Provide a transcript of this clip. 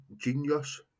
Genius